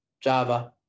Java